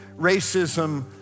racism